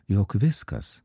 jog viskas